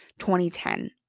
2010